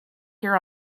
here